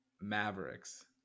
Mavericks